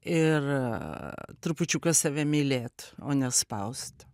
ir trupučiuką save mylėt o nespaust